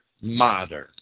modern